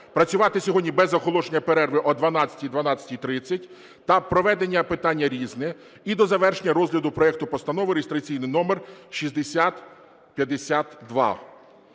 працювати сьогодні без оголошення перерви о 12-12:30 та проведення питання "Різне", і до завершення розгляду проекту Постанови реєстраційний номер 6052.